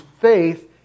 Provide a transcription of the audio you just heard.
faith